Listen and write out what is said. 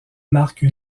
marque